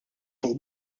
fuq